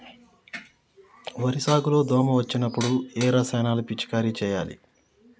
వరి సాగు లో దోమ వచ్చినప్పుడు ఏ రసాయనాలు పిచికారీ చేయాలి?